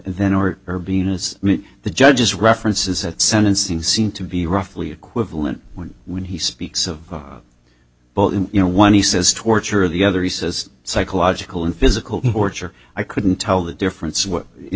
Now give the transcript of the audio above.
than or her being as the judges references at sentencing seem to be roughly equivalent when he speaks of well you know when he says torture of the other he says psychological and physical torture i couldn't tell the difference in